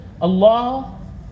Allah